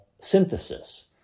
synthesis